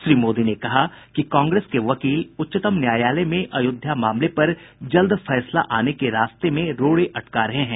श्री मोदी ने कहा कि कांग्रेस के वकील उच्चतम न्यायालय में अयोध्या मामले पर जल्द फैसला आने के रास्ते में रोड़े अटका रहे हैं